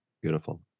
Beautiful